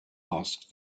asked